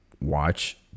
watch